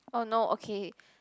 !oh no! okay